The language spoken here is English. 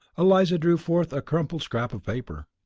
eliza drew forth a crumpled scrap of paper.